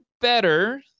better